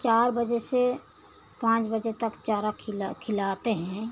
चार बजे से पाँच बजे तक चारा खिला खिलाते हैं